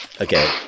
Okay